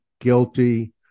guilty